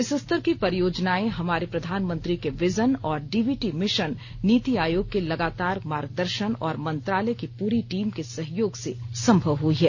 इस स्तर की परियोजनाएं हमारे प्रधानमंत्री के विजन और डीबीटी मिशन नीति आयोग के लगातार मार्गदर्शन और मंत्रालय की पूरी टीम के सहयोग से संभव हुई है